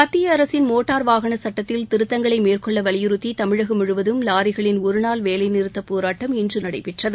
மத்திய அரசின் மோட்டார் வாகன சுட்டத்தில் திருத்தங்களை மேற்கொள்ள வலியுறுத்தி தமிழகம் முழுவதும் லாரிகளின் ஒரு நாள் வேலை நிறுத்தப்போரட்டம் இன்று நடைபெற்றது